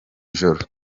ijoro